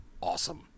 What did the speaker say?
awesome